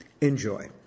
Enjoy